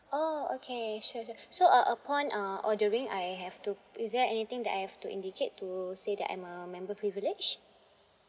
oh okay sure sure so uh upon uh ordering I have to is there anything that I have to indicate to say that I'm a member privilege